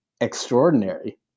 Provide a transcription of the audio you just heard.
extraordinary